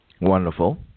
Wonderful